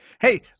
hey